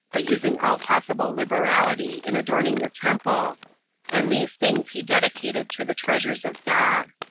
but using all possible liberality in adorning the temple and these things he dedicated to the treasures of god.